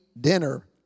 dinner